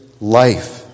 life